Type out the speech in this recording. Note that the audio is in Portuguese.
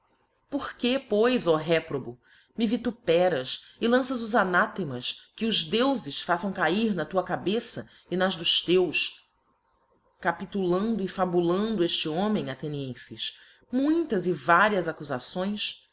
porque pois ó réprobo me vituperas e lanças os anathemas que os deufes façam cair na tua cabeça e nas dos teus capitulando e fabulando efte homem athenicnfes muitas e varias accufações